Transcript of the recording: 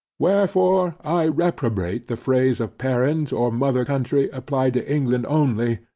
wherefore i reprobate the phrase of parent or mother country applied to england only,